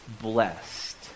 blessed